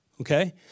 Okay